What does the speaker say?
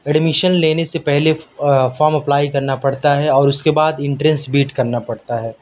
admission لینے سے پہلے فام اپلائی کرنا پڑتا ہے اور اس کے بعد انٹیرنس بیٹ کرنا پڑتا ہے